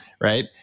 right